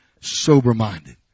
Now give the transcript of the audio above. sober-minded